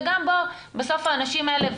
וגם בסוף האנשים האלה,